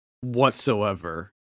whatsoever